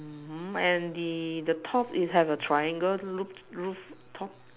mmhmm and the top is a triangle roof rooftop